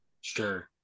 Sure